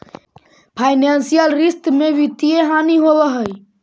financial रिश्त में वित्तीय हानि होवऽ हई